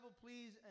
please